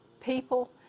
people